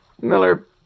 Miller